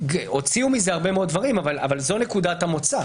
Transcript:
הוציאו מזה הרבה מאוד דברים אבל זאת נקודת המוצא.